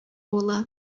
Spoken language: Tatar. улы